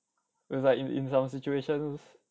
it's like in in some situations